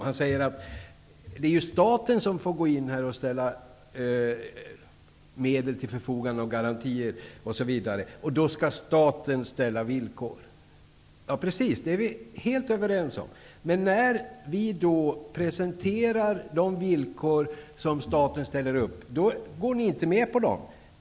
Han säger att det är staten som får gå in och ställa medel och garantier till förfogande och att staten då skall ställa villkor. Det är vi helt överens om. Men när vi presenterar de villkor som staten ställer upp, går ni inte med på dem.